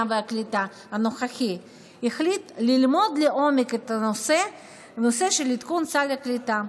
והקליטה הנוכחי החליט ללמוד לעומק את הנושא של עדכון סל הקליטה,